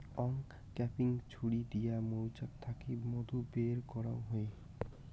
uncapping ছুরি দিয়া মৌচাক থাকি মধু বের করাঙ হই